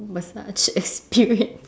massage experience